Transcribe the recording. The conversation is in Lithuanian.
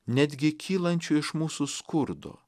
netgi kylančiu iš mūsų skurdo